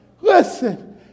Listen